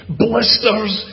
blisters